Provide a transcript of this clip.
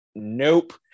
nope